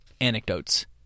anecdotes